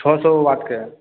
छओ सए वाटके